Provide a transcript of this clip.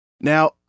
Now